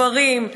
גברים,